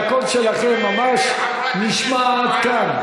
כן, אבל הקול שלכם ממש נשמע עד כאן.